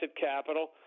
Capital